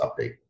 update